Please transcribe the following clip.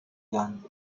gun